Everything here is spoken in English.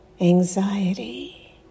anxiety